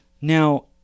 Now